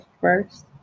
First